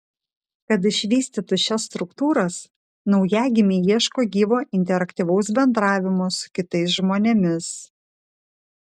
kad išvystytų šias struktūras naujagimiai ieško gyvo interaktyvaus bendravimo su kitais žmonėmis